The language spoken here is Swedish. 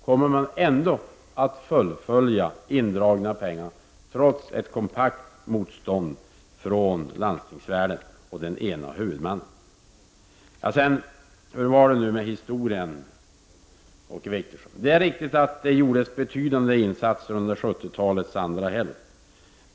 Kommer socialdemokraterna att fullfölja indragningen av pengarna trots ett kompakt motstånd från landstingsvärlden och den ena huvudmannen? Hur var det nu med historien, Åke Wictorsson? Det är riktigt att det gjordes betydande insatser under 70-talets andra hälft.